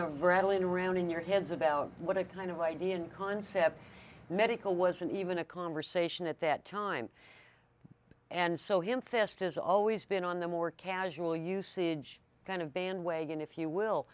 of rattling around in your heads about what a kind of idea and concept medical wasn't even a conversation at that time and so him fest has always been on the more casual usage kind of bandwagon if you will